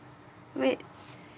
wait